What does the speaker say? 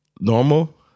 normal